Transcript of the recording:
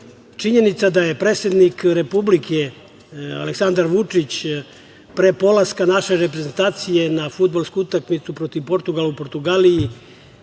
uraditi. Činjenica da je predsednik Republike Aleksandar Vučić pre polaska naše reprezentacije na fudbalsku utakmicu protiv Portugala u Portugaliji